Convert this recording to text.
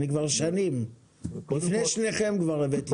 כבר שנים, לפני שניכם כבר הבאתי לשם סיב אופטי.